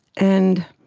and